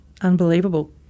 unbelievable